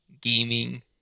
Gaming